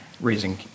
raising